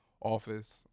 office